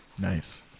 Nice